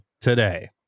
today